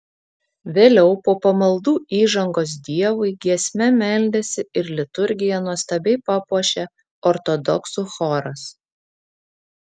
vėliau po pamaldų įžangos dievui giesme meldėsi ir liturgiją nuostabiai papuošė ortodoksų choras